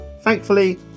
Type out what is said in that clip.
Thankfully